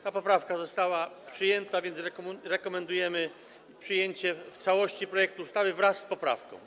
Ta poprawka została przyjęta, więc rekomendujemy przyjęcie w całości projektu ustawy wraz z poprawką.